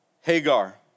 Hagar